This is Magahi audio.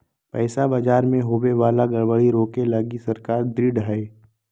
पैसा बाजार मे होवे वाला गड़बड़ी रोके लगी सरकार ढृढ़ हय